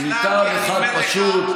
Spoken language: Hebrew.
מטעם אחד פשוט,